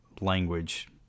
language